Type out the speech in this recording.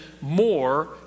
more